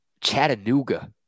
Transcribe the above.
Chattanooga